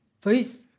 Please